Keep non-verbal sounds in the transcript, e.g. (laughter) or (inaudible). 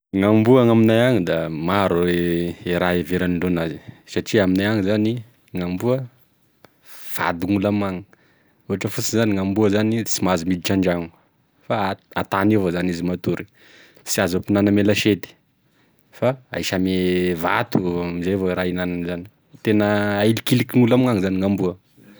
Gn'amboa agn'aminay agny da maro (hesitation) e raha heverandreo enazy satria aminay agny zany gn'amboa fady gnolo amignagny, ohatra fotsiny zany gnamboa tsy mahazo miditry an-dragno fa an- an-tany evao izy matory sy azo hampihinany ame lasety fa ahisa ame (hesitation) vato zay evao raha hihinanan'izany; tena alikilikin'olo amignagny zany gn'amboa.